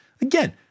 Again